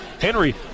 Henry